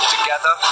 Together